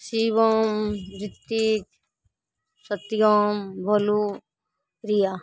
Shivam Ritik Satyam Bholu Riya